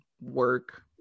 work